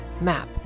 Map